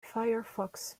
firefox